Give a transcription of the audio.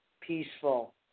peaceful